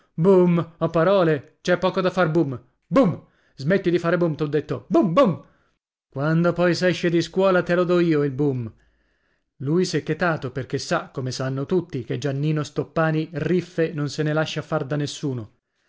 bum a parole c'è poco da far bum bum smetti di fare bum t'ho detto bum bum quando poi s'esce di scuola te lo dò io il bum lui s'è chetato perché sa come sanno tutti che giannino stoppani riffe non se ne lascia far da nessuno